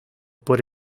por